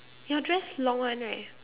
your dress long one right